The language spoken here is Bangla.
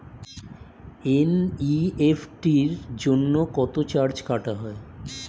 এন.ই.এফ.টি জন্য কত চার্জ কাটা হয়?